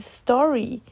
story